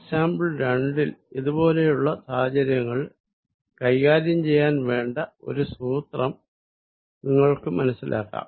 example രണ്ടിൽ അത് പോലെയുള്ള സാഹചര്യങ്ങളിൽ കൈകാര്യം ചെയ്യാൻ വേണ്ട ഒരു സൂത്രം നിങ്ങൾക്കു മനസിലാക്കാം